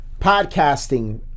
podcasting